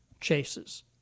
chases